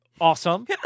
awesome